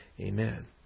Amen